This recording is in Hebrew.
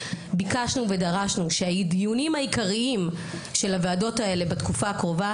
ביקשנו ודרשנו שהדיונים העיקריים של הוועדות האלה בתקופה הקרובה,